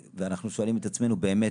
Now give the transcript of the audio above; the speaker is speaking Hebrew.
ואנחנו שואלים את עצמנו באמת,